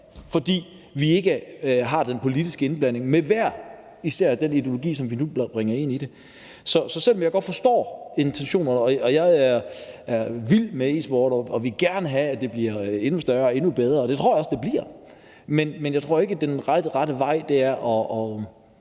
fordi vi ikke har en politisk indblanding med den ideologi, som vi hver især bringer ind i det. Så selv om jeg godt forstår intentionerne i det her og jeg er vild med e-sport og gerne vil have, at det bliver endnu større og endnu bedre, og det tror jeg også at det bliver, tror jeg ikke, at den rette vej er at